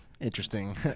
interesting